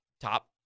Top